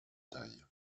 taille